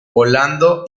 volando